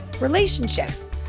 relationships